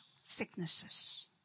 sicknesses